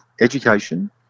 education